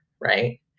Right